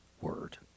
word